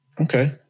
Okay